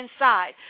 inside